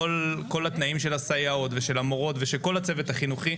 כל התנאים של הסייעות ושל המורות ושל כל הצוות החינוכי,